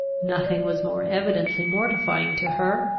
nothing was more evidently mortifying to her,